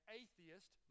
atheist